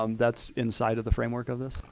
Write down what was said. um that's inside of the framework of this?